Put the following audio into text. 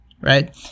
right